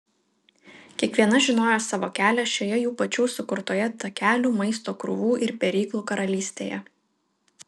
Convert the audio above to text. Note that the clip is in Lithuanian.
kiekviena žinojo savo kelią šioje jų pačių sukurtoje takelių maisto krūvų ir peryklų karalystėje